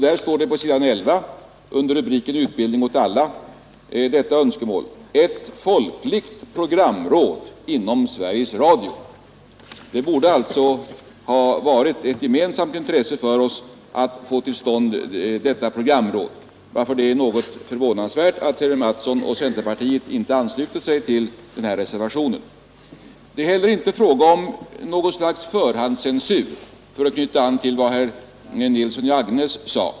Där står på s. 11, under rubriken Utbildning åt alla, detta önskemål: Ett folkligt programråd inom Sveriges Radio. Det borde alltså ha varit ett gemensamt intresse för oss att få till stånd detta programråd, varför det är något förvånande att herr Mattsson i Lane-Herrestad och centerpartiet inte anslutit sig till denna reservation. Det är heller inte fråga om något slags förhandscensur, för att knyta an till vad herr Nilsson i Agnäs sade.